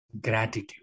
Gratitude